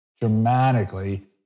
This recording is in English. dramatically